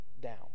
down